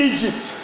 Egypt